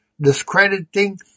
discrediting